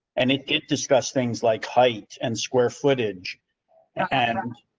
and it did discuss things like height and square footage and. um